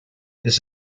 this